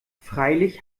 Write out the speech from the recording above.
freilich